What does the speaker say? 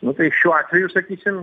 nu tai šiuo atveju sakysim